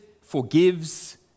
forgives